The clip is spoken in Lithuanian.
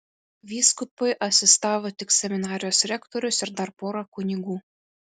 vyskupui asistavo tik seminarijos rektorius ir dar pora kunigų